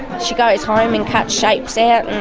she goes home and cuts shapes out,